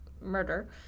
Murder